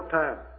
time